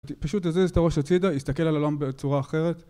פשוט תזיז את הראש הצידה, להסתכל על העולם בצורה אחרת